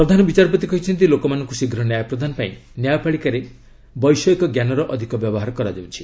ପ୍ରଧାନ ବିଚାରପତି କହିଛନ୍ତି ଲୋକମାନଙ୍କୁ ଶୀଘ୍ର ନ୍ୟାୟ ପ୍ରଦାନ ପାଇଁ ନ୍ୟାୟପାଳିକାରେ ବୈଷୟିକଜ୍ଞାନର ଅଧିକ ବ୍ୟବହାର କରାଯାଉଛି